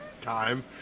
time